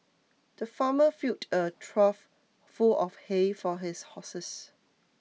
the farmer filled a trough full of hay for his horses